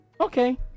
okay